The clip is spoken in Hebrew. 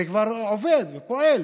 וזה כבר עובד ופועל.